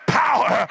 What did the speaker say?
power